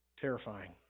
terrifying